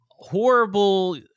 Horrible